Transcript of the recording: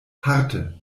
harte